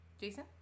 Jason